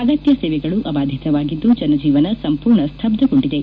ಅಗತ್ಯ ಸೇವೆಗಳು ಅಭಾದಿತವಾಗಿದ್ದು ಜನಜೀವನ ಸಂಪೂರ್ಣ ಸ್ತಬ್ಬಗೊಂಡಿದೆ